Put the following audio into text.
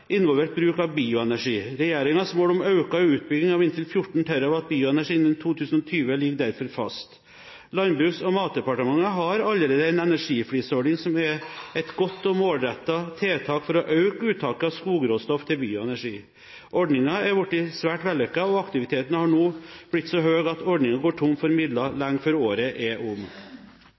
involverte bruk av bioenergi. Regjeringens mål om økt utbygging av inntil 14 TWh bioenergi innen 2020 ligger derfor fast. Landbruks- og matdepartementet har allerede en energiflisordning, som er et godt og målrettet tiltak for å øke uttaket av skogråstoff til bioenergi. Ordningen er blitt svært vellykket, og aktiviteten har nå blitt så høy at ordningen går tom for midler lenge før året er